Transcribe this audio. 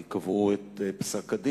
כי קבעו את פסק-הדין.